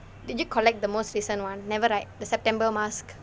did you collect the most recent [one] never right the september mask